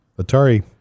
atari